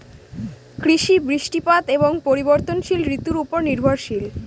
কৃষি বৃষ্টিপাত এবং পরিবর্তনশীল ঋতুর উপর নির্ভরশীল